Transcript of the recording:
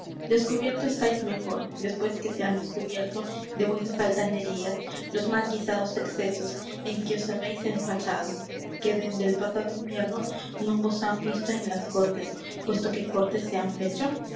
descubierto estáis mejor después que se han descubierto de vuesas altanerías los mal guisados excesos en qué os habéis empachado que dende el pasado invierno non vos han visto en las cortes puesto que cortes se han fecho